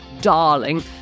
darling